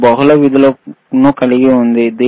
ఇది బహుళ విధులను కలిగి ఉంది